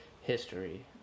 history